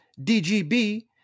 dgb